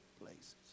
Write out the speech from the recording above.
places